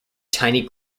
tiny